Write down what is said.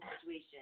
situation